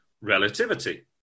Relativity